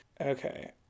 Okay